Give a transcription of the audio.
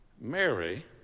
Mary